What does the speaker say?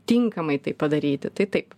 tinkamai tai padaryti tai taip